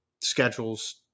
schedule's